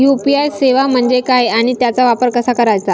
UPI सेवा म्हणजे काय आणि त्याचा वापर कसा करायचा?